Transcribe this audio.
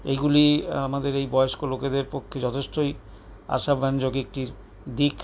এইগুলি আমাদের এই বয়স্ক লোকেদের পক্ষে যথেষ্টই আশাব্যঞ্জক একটি দিক